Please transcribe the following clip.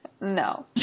No